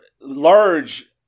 large